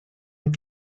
een